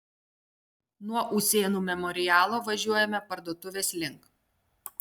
nuo usėnų memorialo važiuojame parduotuvės link